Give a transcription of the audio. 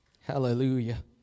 Hallelujah